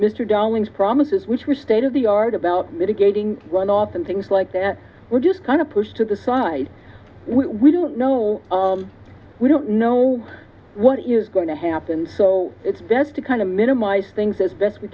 darling's promises which were state of the art about mitigating runoff and things like that we're just kind of pushed to the side we don't know we don't know what you're going to happen so it's best to kind of minimize things as best we